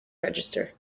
register